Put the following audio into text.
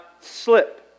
slip